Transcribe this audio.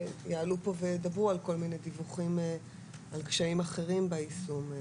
שיעלו פה וידברו על קשיים אחרים ביישום.